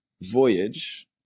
voyage